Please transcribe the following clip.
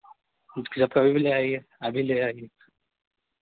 जब कभी भी ले आइए अभी ले आइए